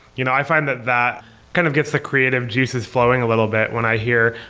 you know i find that that kind of gets the creative juices flowing a little bit when i hear,